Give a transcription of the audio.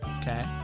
Okay